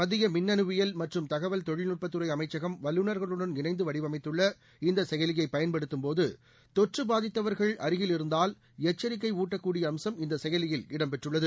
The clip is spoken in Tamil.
மத்திய மின்னணுவியல் மற்றும் தகவல் தொழில் நுட்பத் துறை அமைச்சகம் வல்லுநர்களுடன் இணைந்து வடிவமைத்துள்ள இந்த செயலியைப் பயன்படுத்தும்போது தொற்று பாதித்தவர்கள் அருகில் இருந்தால் எச்சரிக்கை ஊட்டக் கூடிய அம்சம் இந்த செயலியில் இடம் பெற்றுள்ளது